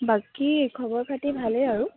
বাকী খবৰ খাতি ভালেই আৰু